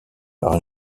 par